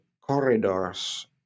corridors